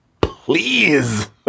please